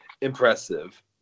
impressive